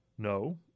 No